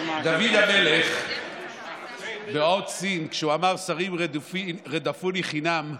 דוד המלך, באות ש', כשהוא אמר "שרים רדפוני חנם",